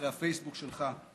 אחרי הפייסבוק שלך,